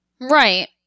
Right